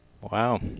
Wow